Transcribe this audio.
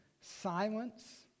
silence